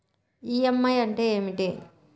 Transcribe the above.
EMI అంటే ఏమిటి?